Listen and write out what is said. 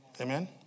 Amen